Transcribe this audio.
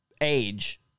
age